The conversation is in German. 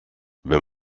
wenn